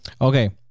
Okay